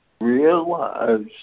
realize